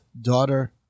daughter